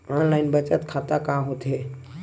Online बचत खाता का होथे?